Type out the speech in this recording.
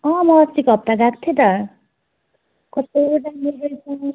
अँ म अस्तिको हप्ता गएको थिएँ त कस्तो दामी रहेछ